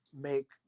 make